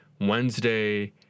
Wednesday